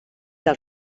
del